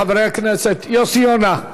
יוסי יונה,